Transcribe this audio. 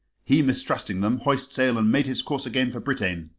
he, mistrusting them, hois'd sail, and made his course again for britagne.